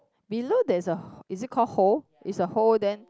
below there's a is it called hole is a hole then